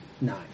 Nine